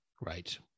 right